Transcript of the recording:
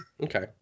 Okay